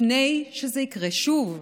לפני שזה יקרה שוב.